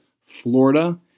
Florida